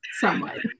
somewhat